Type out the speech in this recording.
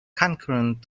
concurrent